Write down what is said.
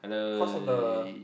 cause of the